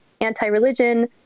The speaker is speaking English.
anti-religion